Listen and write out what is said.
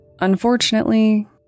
Unfortunately